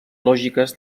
lògiques